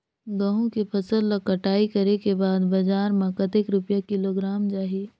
गंहू के फसल ला कटाई करे के बाद बजार मा कतेक रुपिया किलोग्राम जाही?